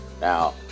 Now